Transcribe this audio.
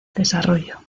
desarrollo